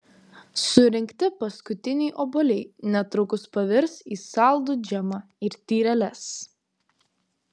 surinkti paskutiniai obuoliai netrukus pavirs į saldų džemą ir tyreles